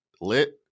lit